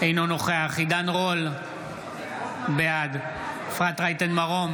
אינו נוכח עידן רול, בעד אפרת רייטן מרום,